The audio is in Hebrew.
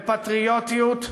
לפטריוטיות,